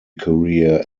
career